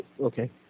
Okay